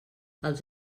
els